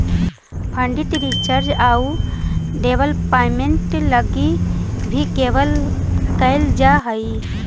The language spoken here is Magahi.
फंडिंग रिसर्च आउ डेवलपमेंट लगी भी कैल जा हई